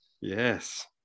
Yes